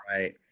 right